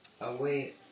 away